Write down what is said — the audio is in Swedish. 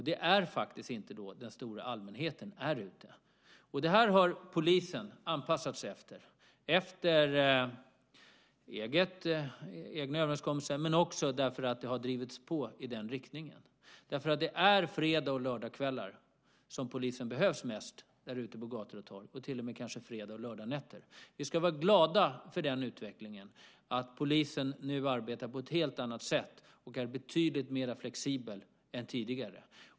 Det är faktiskt inte då den stora allmänheten är ute. Det här har polisen genom egna överenskommelser anpassat sig efter, men det har också drivits på i den riktningen. Det är fredags och lördagskvällar som polisen behövs mest ute på gator och torg och kanske till och med fredags och lördagsnätter. Vi ska vara glada för den utvecklingen, att polisen nu arbetar på ett helt annat sätt och är betydligt mer flexibel än tidigare.